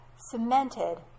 cemented